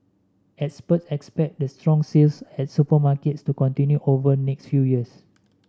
experts expect the strong sales at supermarkets to continue over next few years